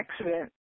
accident